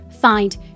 find